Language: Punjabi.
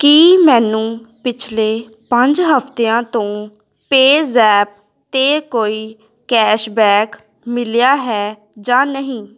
ਕੀ ਮੈਨੂੰ ਪਿਛਲੇ ਪੰਜ ਹਫਤਿਆਂ ਤੋਂ ਪੇ ਜ਼ੈਪ 'ਤੇ ਕੋਈ ਕੈਸ਼ਬੈਕ ਮਿਲਿਆ ਹੈ ਜਾਂ ਨਹੀਂ